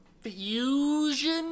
Fusion